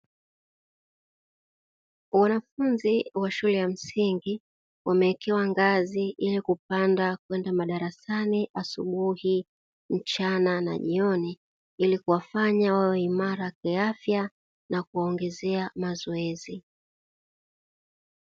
Wanafunzi wa shule ya msingi wamewekewa ngazi ili kupanda kwenda madarasani asubuhi, mchana na jioni ili kuwafanya wawe imara kiafya na kuwaongezea mazoezi.